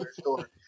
Store